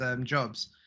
jobs